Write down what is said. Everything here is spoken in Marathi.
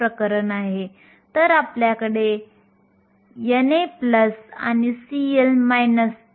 आपण छिद्र μh साठी एक समान अभिव्यक्त लिहू शकता